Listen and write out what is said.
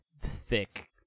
thick